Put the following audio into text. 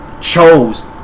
Chose